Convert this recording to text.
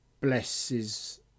blesses